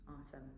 Awesome